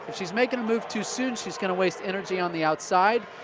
she's making a move too soon she's going to waste energy on the outside,